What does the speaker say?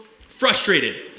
frustrated